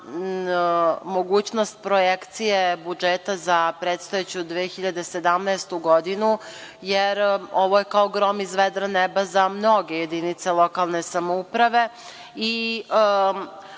mogućnost projekcije budžeta za predstojeću 2017. godinu, jer ovo je kao grom iz vedra neba za mnoge jedinice lokalne samouprave